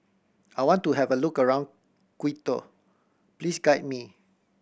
I want to have a look around Quito please guide me